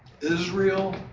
Israel